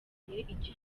igifaransa